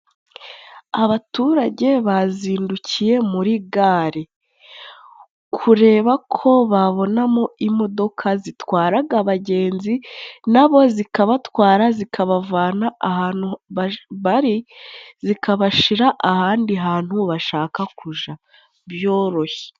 Abaturage bazindukiye muri gare kureba ko babonamo imodoka zitwaraga abagenzi nabo zikabatwara zikabavana ahantu bari zikabashira ahandi hantu bashaka kuja byoroshye.